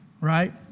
Right